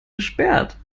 gesperrt